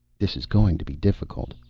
this is going to be difficult.